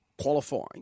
qualifying